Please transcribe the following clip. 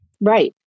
Right